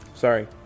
Sorry